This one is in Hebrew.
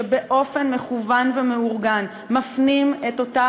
שבאופן מכוון ומאורגן מפנים את אותה